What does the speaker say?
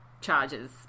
charges